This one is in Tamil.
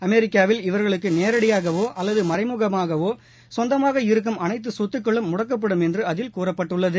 அமெிக்காவில் இவர்களுக்கு நேரடியாகவோ அல்லது மறைமுகமாகவோ சொந்தமாக இருக்கும் அனைத்து சொத்துக்களும் முடக்கப்படும் என்று அதில் கூறப்பட்டுள்ளது